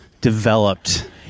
developed